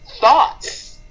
thoughts